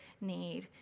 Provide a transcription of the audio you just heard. need